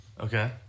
Okay